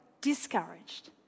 discouraged